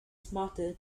smarter